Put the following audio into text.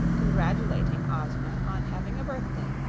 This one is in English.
congratulating ozma on having a birthday,